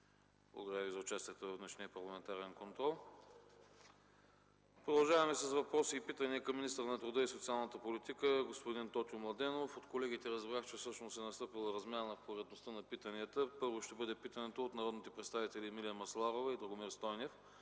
Благодаря Ви за участието в днешния парламентарен контрол. Продължаваме с въпроси и питания към министъра на труда и социалната политика господин Тотю Младенов. Разбрах от колегите, че всъщност е настъпила размяна в поредността на питанията. Първо ще бъде питането от народните представители Емилия Масларова и Драгомир Стойнев